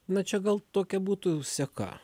na čia gal tokia būtų seka